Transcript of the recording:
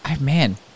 Man